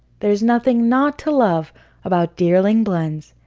there's nothing not to love about dearling blends.